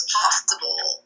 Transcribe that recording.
possible